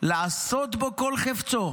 לעשות בו כל חפצו,